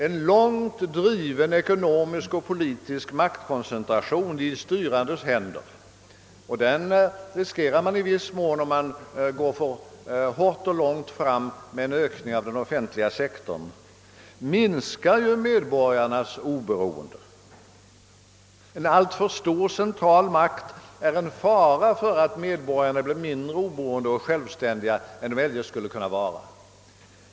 En långt driven ekonomisk och politisk maktkoncentration i de styrandes händer — en sådan riskerar man i viss mån om man går för hårt fram med en ökning av den offentliga sektorn — minskar ju medborgarnas oberoende. En alltför stor central makt är en fara för att medborgarna blir mindre oberoende och självständiga än de eljest skulle kunna vara.